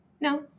No